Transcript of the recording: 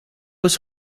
was